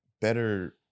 better